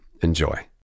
Enjoy